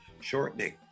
shortening